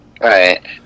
Right